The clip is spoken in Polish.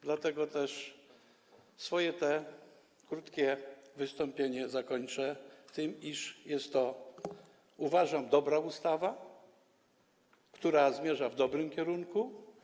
Dlatego też to swoje krótkie wystąpienie zakończę tym, iż jest to, uważam, dobra ustawa, która zmierza w dobrym kierunku.